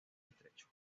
estrecho